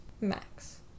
max